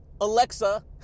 Alexa